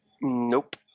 Nope